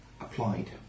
applied